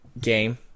game